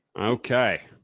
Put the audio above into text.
okay.